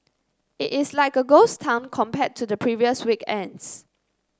it is like a ghost town compared to the previous weekends